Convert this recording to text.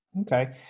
Okay